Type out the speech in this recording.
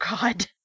God